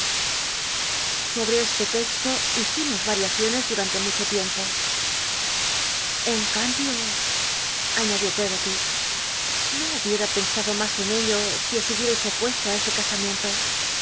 sobte este texto hicimos yariacioncs dutante mucho tiempo bn cambio añadió pe oty no hubiera pensado mas en ello si os hu l iel'ilis opuesto ü ese casamiento